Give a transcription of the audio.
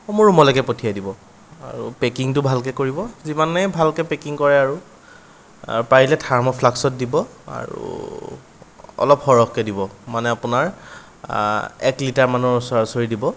মোৰ ৰুমলৈকে পঠিয়াই দিব আৰু পেকিংটো ভালকে কৰিব যিমানে ভালকে পেকিং কৰে আৰু পাৰিলে থাৰ্ম'ফ্লাক্সত দিব আৰু অলপ সৰহকে দিব মানে আপোনাৰ এক লিটাৰ মানৰ ওচৰা উচৰি দিব